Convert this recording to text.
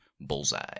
Bullseye